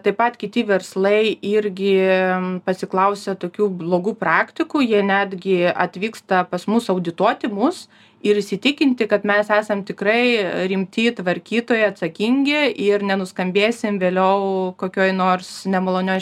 taip pat kiti verslai irgi pasiklausę tokių blogų praktikų jie netgi atvyksta pas mus audituoti mus ir įsitikinti kad mes esam tikrai rimti tvarkytojai atsakingi ir nenuskambėsim vėliau kokioj nors nemalonioj